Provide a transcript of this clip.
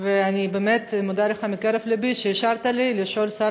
ואני באמת מודה לך מקרב לבי על שאישרת לי לשאול את השר